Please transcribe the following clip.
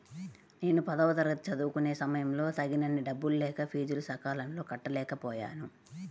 నేను పదవ తరగతి చదువుకునే సమయంలో తగినన్ని డబ్బులు లేక ఫీజులు సకాలంలో కట్టలేకపోయాను